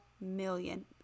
million